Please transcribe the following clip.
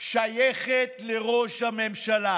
שייכת לראש הממשלה.